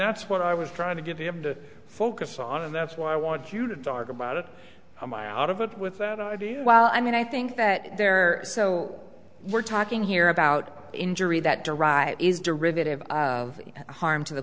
that's what i was trying to give him to focus on and that's why i want you to talk about how my out of it with that i do well i mean i think that there so we're talking here about injury that derive is derivative of harm to the